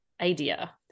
idea